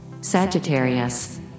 Sagittarius